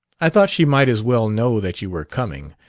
i thought she might as well know that you were coming.